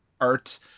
art